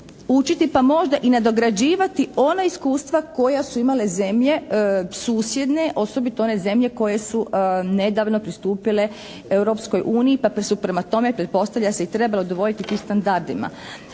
učiti pa možda i nadograđivati ona iskustva koja su imale zemlje susjedne osobito one zemlje koje su nedavno pristupile Europskoj uniji te su prema tome, pretpostavlja se i trebale udovoljiti tim standardima.